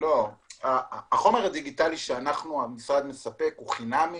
החומר הדיגיטלי שהמשרד מספק הוא חינם.